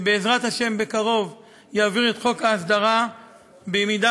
שבעזרת השם בקרוב יעביר את חוק ההסדרה במידה